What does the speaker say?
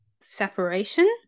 separation